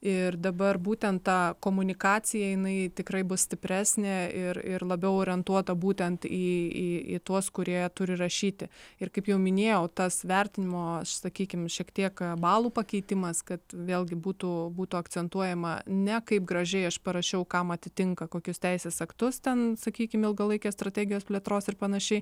ir dabar būtent tą komunikaciją jinai tikrai bus stipresnė ir ir labiau orientuota būtent į į į tuos kurie turi rašyti ir kaip jau minėjau tas vertinimo sakykim šiek tiek balų pakeitimas kad vėlgi būtų būtų akcentuojama ne kaip gražiai aš parašiau kam atitinka kokius teisės aktus ten sakykim ilgalaikės strategijos plėtros ir panašiai